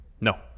No